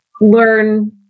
learn